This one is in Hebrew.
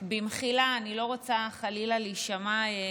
במחילה, אני לא רוצה חלילה להישמע מטיפה,